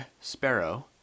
Sparrow